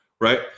right